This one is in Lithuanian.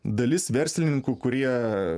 dalis verslininkų kurie